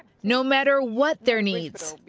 no matter what their needs.